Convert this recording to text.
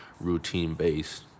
routine-based